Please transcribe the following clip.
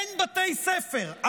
אין בתי ספר,